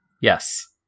Yes